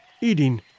eating